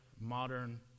modern